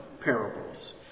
parables